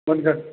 मोनगोन